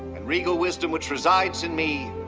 and regal wisdom which resides in me,